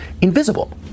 invisible